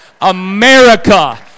America